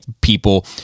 people